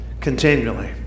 continually